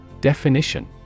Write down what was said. Definition